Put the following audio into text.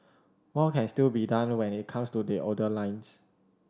more can still be done when it comes to the older lines